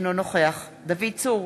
אינו נוכח דוד צור,